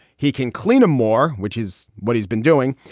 he can klina more, which is what he's been doing.